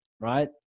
Right